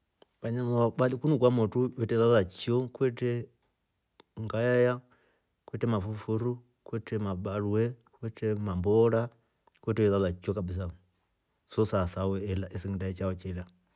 Vanyama vali kunu kwamotru vetre lalachio kwetre ngayaya, kwetre mafufuru. kwetre mabarwe. kwetre mamboora. kwetre ilala kabisa fo so saa sao isenda chao chela.